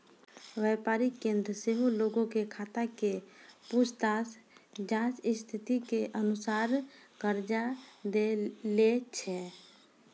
व्यापारिक केन्द्र सेहो लोगो के खाता के पूछताछ जांच स्थिति के अनुसार कर्जा लै दै छै